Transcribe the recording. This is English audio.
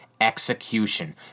execution